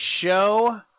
show